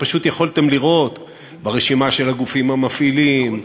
ופשוט יכולתם לראות ברשימה של הגופים המפעילים,